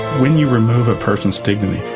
when you remove a person's dignity,